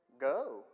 go